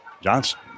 Johnson